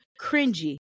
cringy